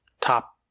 top